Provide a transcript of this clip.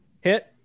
hit